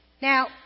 Now